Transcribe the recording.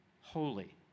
holy